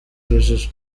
urujijo